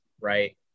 Right